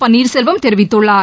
பன்னீர்செல்வம் தெரிவித்துள்ளார்